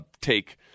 take